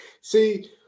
See